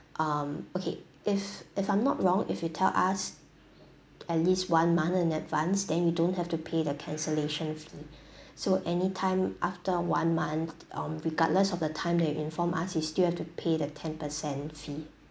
um okay if if I'm not wrong if you tell us at least one month in advance then you don't have to pay the cancellation fee so any time after one month um regardless of the time that you inform us you still have to pay the ten percent fee